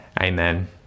amen